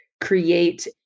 create